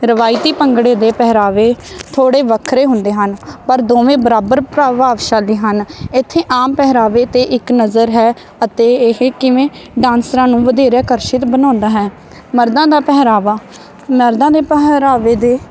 ਰਵਾਇਤੀ ਭੰਗੜੇ ਦੇ ਪਹਿਰਾਵੇ ਥੋੜ੍ਹੇ ਵੱਖਰੇ ਹੁੰਦੇ ਹਨ ਪਰ ਦੋਵੇਂ ਬਰਾਬਰ ਪ੍ਰਭਾਵਸ਼ਾਲੀ ਹਨ ਇੱਥੇ ਆਮ ਪਹਿਰਾਵੇ 'ਤੇ ਇੱਕ ਨਜ਼ਰ ਹੈ ਅਤੇ ਇਹ ਕਿਵੇਂ ਡਾਂਸਰਾਂ ਨੂੰ ਵਧੇਰੇ ਆਕਰਸ਼ਿਤ ਬਣਾਉਂਦਾ ਹੈ ਮਰਦਾਂ ਦਾ ਪਹਿਰਾਵਾ ਨਰਦਾਂ ਦਾ ਪਹਿਰਾਵੇ ਦੇ